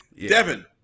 Devin